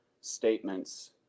statements